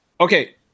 Okay